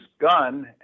gun